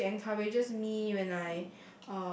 but she encourages me when I